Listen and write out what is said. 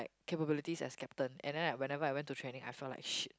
like capabilities as captain and then like whenever I went to training I felt like shit